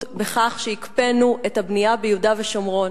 בכך שהקפאנו את הבנייה ביהודה ושומרון.